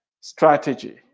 strategy